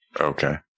Okay